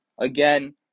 Again